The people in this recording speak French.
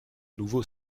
nouveau